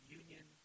union